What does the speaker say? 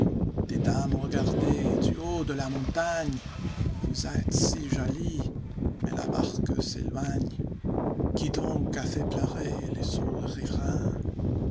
regardaient du haut de la montagne vous êtes si jolies mais la barque s'éloigne qui donc a fait pleurer les saules riverains